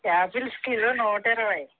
apples kilo నూట ఇరవై